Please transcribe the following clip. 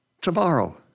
tomorrow